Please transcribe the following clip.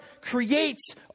creates